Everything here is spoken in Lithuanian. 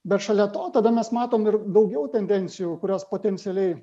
bet šalia to tada mes matom ir daugiau tendencijų kurios potencialiai